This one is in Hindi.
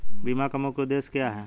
बीमा का मुख्य उद्देश्य क्या है?